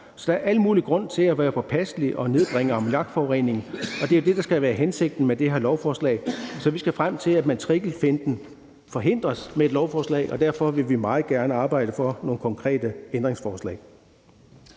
Så der er al mulig grund til at være påpasselig og nedbringe ammoniakforureningen, og det er det, der skal være hensigten med det her lovforslag. Så vi skal frem til, at matrikelfinten forhindres med et lovforslag, og derfor vil vi meget gerne arbejde for nogle konkrete ændringsforslag.